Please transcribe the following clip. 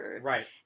Right